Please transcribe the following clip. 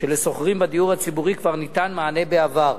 שלשוכרים בדיור הציבורי כבר ניתן מענה בעבר.